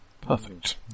Perfect